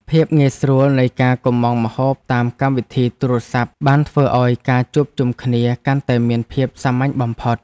ភាពងាយស្រួលនៃការកុម្ម៉ង់ម្ហូបតាមកម្មវិធីទូរស័ព្ទបានធ្វើឱ្យការជួបជុំគ្នាកាន់តែមានភាពសាមញ្ញបំផុត។